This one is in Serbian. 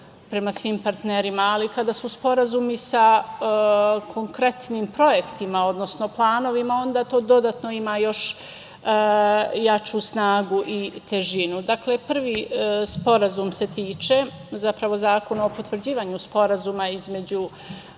prema svim partnerima, ali kada su sporazumi sa konkretnim projektima, odnosno planovima, onda to dodatno ima još jaču snagu i težinu. Zakon o potvrđivanju Sporazuma između